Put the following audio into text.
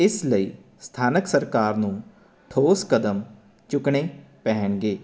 ਇਸ ਲਈ ਸਥਾਨਕ ਸਰਕਾਰ ਨੂੰ ਠੋਸ ਕਦਮ ਚੁੱਕਣੇ ਪੈਣਗੇ